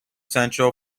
central